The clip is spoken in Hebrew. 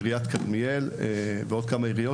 בעיריית כרמיאל ובעוד כמה עיריות,